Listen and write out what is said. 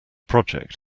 project